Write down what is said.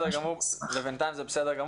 בינתיים זה בסדר.